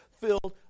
filled